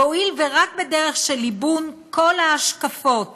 "הואיל ורק בדרך של ליבון 'כל' ההשקפות